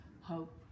hope